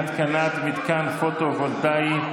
התקנת מתקן פוטו-וולטאי),